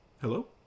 Hello